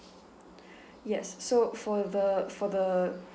yes so for the for the